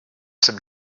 some